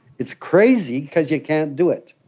it's crazy because you can't do it.